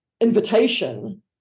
invitation